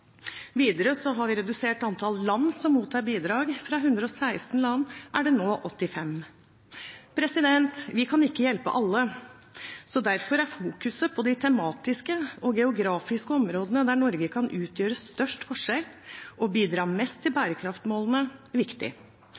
Videre har vi redusert antall land som mottar bidrag – fra 116 land til nå 85. Vi kan ikke hjelpe alle. Derfor er fokuset på de tematiske og geografiske områdene der Norge kan utgjøre størst forskjell og bidra mest til bærekraftsmålene, viktig.